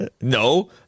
no